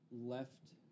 left